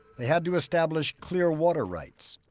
they had to establish clear water rights.